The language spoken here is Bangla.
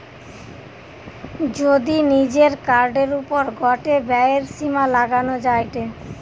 যদি নিজের কার্ডের ওপর গটে ব্যয়ের সীমা লাগানো যায়টে